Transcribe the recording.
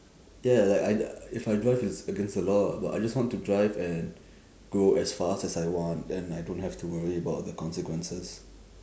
ya like I if I drive it's against the law ah but I just want to drive and go as fast as I want and I don't have to worry about the consequences